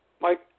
Mike